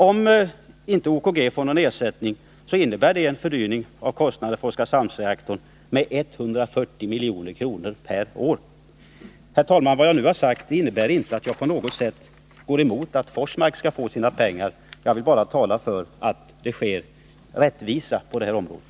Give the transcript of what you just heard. Om inte OKG får någon ersättning innebär det en ökning av kostnaderna för Oskarshamnsverket med 140 milj.kr. per år. Herr talman! Vad jag nu har sagt innebär inte att jag på något sätt går emot att Forsmark skall få sina pengar. Jag vill bara tala för att det skall ske rättvisa på det här området.